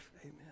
Amen